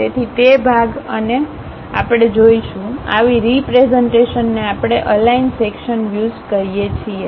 તેથી તે ભાગ અને તે ભાગ આપણે જોશું આવી રીપ્રેઝન્ટેશનને આપણે અલાઈન સેક્શન વ્યુઝ કહીએ છીએ